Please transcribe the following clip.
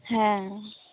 হ্যাঁ